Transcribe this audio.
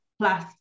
plus